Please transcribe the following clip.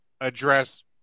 address